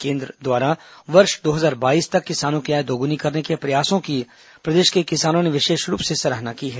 केन्द्र द्वारा वर्ष दो हजार बाईस तक किसानों की आय दोगुनी करने के प्रयासों की प्रदेश के किसानों ने विशेष रूप से सराहना की है